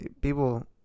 People